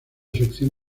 sección